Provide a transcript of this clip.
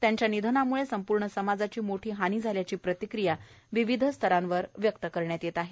त्यांच्या निधनामुळे संपूर्ण समाजाची मोठी हानी झाली असल्याची प्रतिक्रिया विविध स्तरांवर व्यक्त करण्यात येत आहे